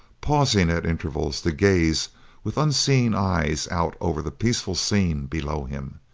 pausing at intervals to gaze with unseeing eyes out over the peaceful scene below him,